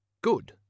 Good